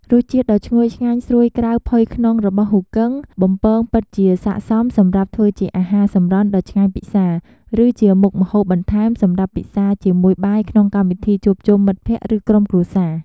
រសជាតិដ៏ឈ្ងុយឆ្ងាញ់ ស្រួយក្រៅ ផុយក្នុង របស់ហ៊ូគឹងបំពង ពិតជាស័ក្តិសមសម្រាប់ធ្វើជាអាហារសម្រន់ដ៏ឆ្ងាញ់ពិសា ឬជាមុខម្ហូបបន្ថែមសម្រាប់ពិសាជាមួយបាយក្នុងកម្មវិធីជួបជុំមិត្តភក្តិ ឬក្រុមគ្រួសារ។